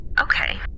Okay